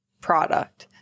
product